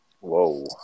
Whoa